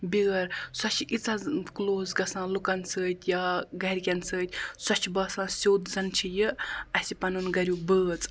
بیٛٲر سۄ چھِ ییٖژاہ کٕلوز گژھان لُکَن سۭتۍ یا گَرِکٮ۪ن سۭتۍ سۄ چھِ باسان سیوٚد زَنہٕ چھِ یہِ اَسہِ پَنُن گَریُک بٲژ